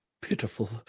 pitiful